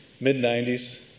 mid-90s